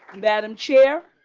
madam chair,